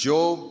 Job